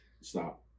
Stop